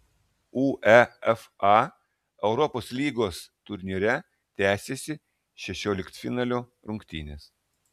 uefa europos lygos turnyre tęsėsi šešioliktfinalio rungtynės